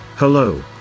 Hello